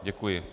Děkuji.